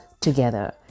together